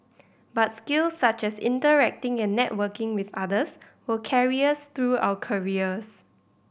but skills such as interacting and networking with others will carry us through our careers